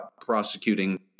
prosecuting